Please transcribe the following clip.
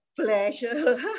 Pleasure